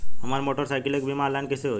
हमार मोटर साईकीलके बीमा ऑनलाइन कैसे होई?